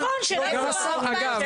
אז